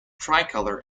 tricolour